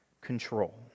control